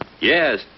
Yes